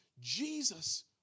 Jesus